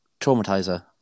Traumatizer